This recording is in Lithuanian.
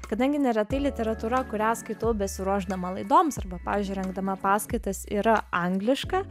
kadangi neretai literatūra kurią skaitau besiruošdama laidoms arba pavyzdžiui rengdama paskaitas yra angliška